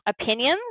opinions